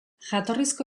jatorrizko